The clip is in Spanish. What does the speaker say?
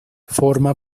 forma